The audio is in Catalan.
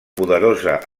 poderosa